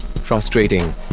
frustrating